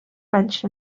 bench